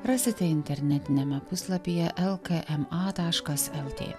rasite internetiniame puslapyje lkm a taškas lt